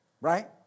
Right